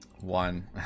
One